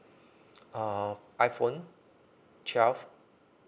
uh iphone twelve